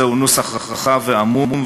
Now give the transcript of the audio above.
זהו נוסח רחב ועמום,